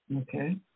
Okay